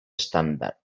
estàndard